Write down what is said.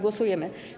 Głosujemy.